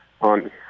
on